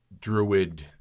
druid